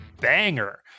banger